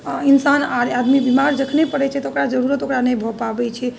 इन्सान आदमी बीमार जखने पड़ै छै ओकरा जरूरत ओकरा नहि भऽ पाबै छै